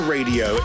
Radio